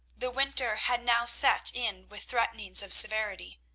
the winter had now set in with threatenings of severity.